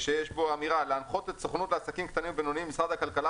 שיש בו אמירה: "להנחות את הסוכנות לעסקים קטנים ובינוניים ומשרד התעשייה